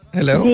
Hello